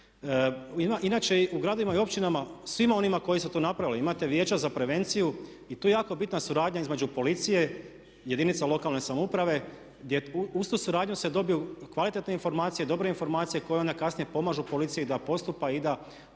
Inače u gradovima i općinama svima onima koji su to napravili imate vijeća za prevenciju i tu je jako bitna suradnja između policije i jedinica lokalne samouprave gdje uz tu suradnju se dobiju kvalitetne informacije, dobre informacije koje onda kasnije pomažu policiji da postupa i da